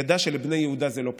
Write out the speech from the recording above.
ידע שלבני יהודה זה לא פשוט.